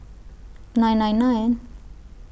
nine nine nine